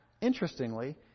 interestingly